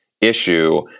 issue